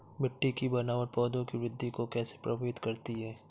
मिट्टी की बनावट पौधों की वृद्धि को कैसे प्रभावित करती है?